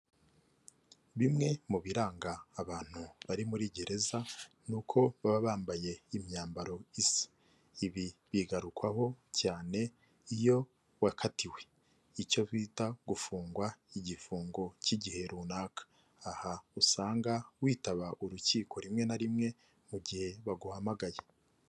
Bimwe mu biranga abantu bari muri gereza ni uko baba bambaye imyambaro isa, ibi bigarukwaho cyane iyo wakatiwe icyo bita gufungwa igifungo cy'igihe runaka, aha usanga witaba urukiko rimwe na rimwe mu gihe baguhamagaye.